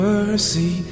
Mercy